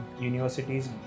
universities